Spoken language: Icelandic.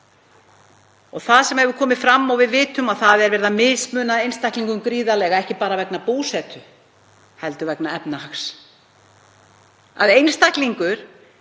Það hefur komið fram og við vitum það að verið er að mismuna einstaklingum gríðarlega, ekki bara vegna búsetu heldur vegna efnahags.